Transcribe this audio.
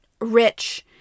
rich